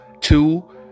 two